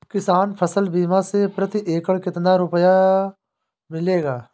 किसान फसल बीमा से प्रति एकड़ कितना रुपया मिलेगा?